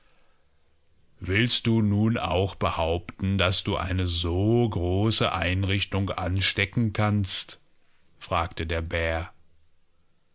willst du nun auch behaupten daß du eine so große einrichtung anstecken kannst fragtederbär dastandnunderjungeeingeklemmtzwischendenbärentatzenundglaubte